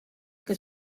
que